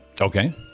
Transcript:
Okay